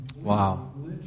Wow